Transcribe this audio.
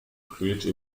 create